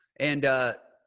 and,